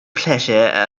pleasure